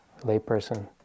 layperson